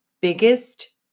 biggest